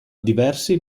diversi